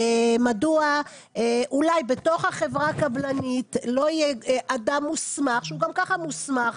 אולי בתוך החברה הקבלנית יהיה אדם מוסמך שהוא גם ככה מוסמך,